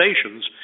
stations